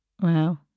Wow